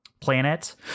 planet